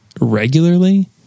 regularly